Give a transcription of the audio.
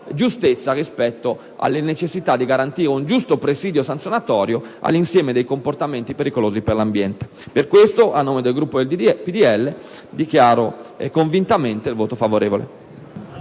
giustezza di fronte alla necessità di garantire un giusto presidio sanzionatorio dell'insieme dei comportamenti pericolosi per l'ambiente. Per tutto questo, a nome del mio Gruppo dichiaro convintamente il voto favorevole.